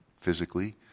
physically